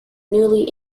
newly